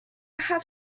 have